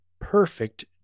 perfect